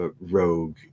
rogue